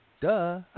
duh